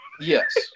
yes